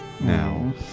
Now